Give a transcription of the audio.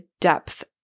depth